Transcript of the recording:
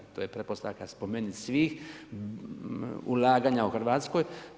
To je pretpostavka po meni svih ulaganja u Hrvatskoj.